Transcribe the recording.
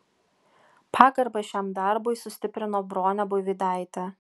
pagarbą šiam darbui sustiprino bronė buivydaitė